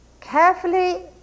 Carefully